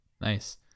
Nice